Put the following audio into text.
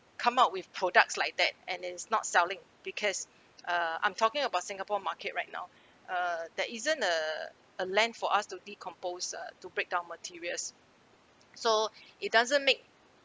come up with products like that and then it's not selling because uh I'm talking about singapore market right now uh there isn't a a land for us to decompose uh to break down materials so it doesn't make